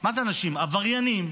מה זה אנשים, עבריינים,